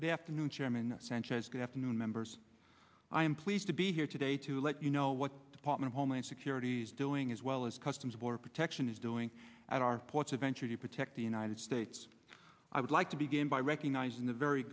good afternoon chairman sanchez good afternoon members i am pleased to be here today to let you know what department homeland security is doing as well as customs border protection is doing at our ports of entry to protect the united states i would like to begin by recognizing the very